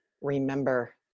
remember